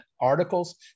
articles